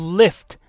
lift